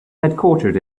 headquartered